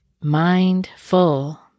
mindful